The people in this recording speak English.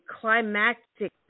climactic